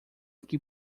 que